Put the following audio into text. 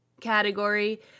category